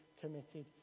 committed